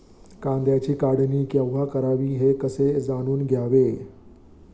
कांद्याची काढणी केव्हा करावी हे कसे जाणून घ्यावे?